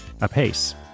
apace